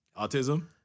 Autism